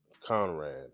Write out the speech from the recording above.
Conrad